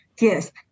Yes